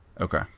Okay